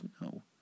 No